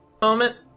Moment